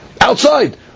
outside